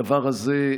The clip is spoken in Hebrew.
הדבר הזה,